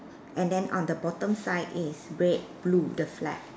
and then on the bottom side it's red blue the flag